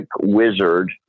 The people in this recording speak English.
wizard